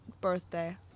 birthday